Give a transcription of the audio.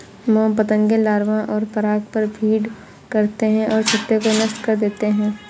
मोम पतंगे लार्वा और पराग पर फ़ीड करते हैं और छत्ते को नष्ट कर देते हैं